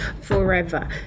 forever